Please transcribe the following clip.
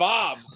Bob